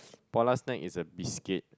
Polar snack is a biscuit